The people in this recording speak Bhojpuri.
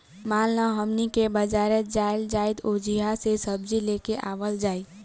मान ल हमनी के बजारे जाइल जाइत ओहिजा से सब्जी लेके आवल जाई